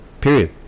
period